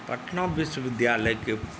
Patna विश्विद्यालयके